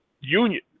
union